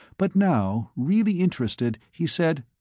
but now, really interested, he said,